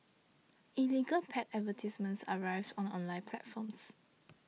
illegal pet advertisements are rife on online platforms